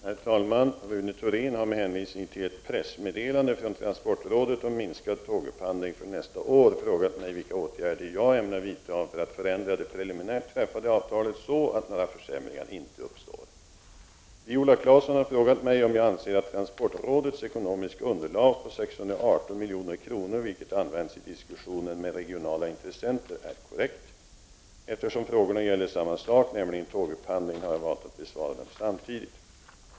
Herr talman! Rune Thorén har, med hänvisning till ett pressmeddelande från transportrådet om minskad tågupphandling för nästa år, frågat mig vilka åtgärder jag ämnar vidta för att förändra det preliminärt träffade avtalet så att några försämringar inte uppstår. Viola Claesson har frågat mig om jag anser att transportrådets ekonomiska underlag på 618 milj.kr., vilket använts i diskussionen med regionala intressenter, är korrekt. Eftersom frågorna gäller samma sak, nämligen tågupphandling, har jag valt att besvara dem samtidigt.